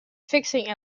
fixing